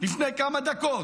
לפני כמה דקות,